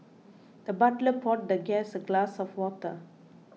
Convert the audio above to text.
the butler poured the guest a glass of water